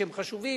שהם חשובים,